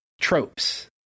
tropes